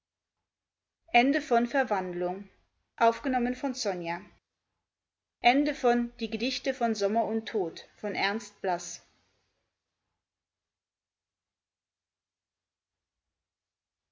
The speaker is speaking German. die gedichte von sommer und tod